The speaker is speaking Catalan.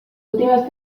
últimes